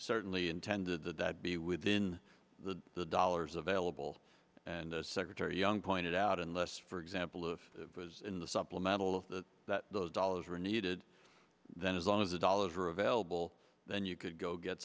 certainly intended to be within the the dollars available and secretary young pointed out unless for example if it was in the supplemental of that that those dollars were needed then as long as the dollars were available then you could go get